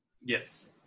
Yes